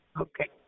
Okay